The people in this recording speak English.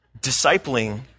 Discipling